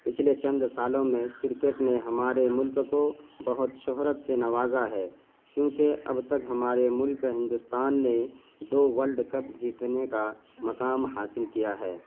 پچھلے چند سالوں میں کرکٹ نے ہمارے ملک کو بہت شہرت سے نوازا ہے کیونکہ اب تک ہمارے ملک ہندوستان نے دو ورلڈ کپ جیتنے کا مقام حاصل کیا ہے